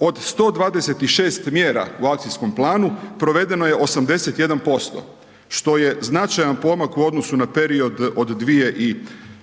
od 126 mjera u akcijskom planu, provedeno je 81%, što je značajan pomak u odnosu na period od 2015.,